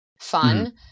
fun